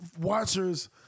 watchers